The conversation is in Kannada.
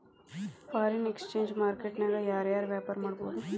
ಫಾರಿನ್ ಎಕ್ಸ್ಚೆಂಜ್ ಮಾರ್ಕೆಟ್ ನ್ಯಾಗ ಯಾರ್ ಯಾರ್ ವ್ಯಾಪಾರಾ ಮಾಡ್ಬೊದು?